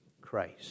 Christ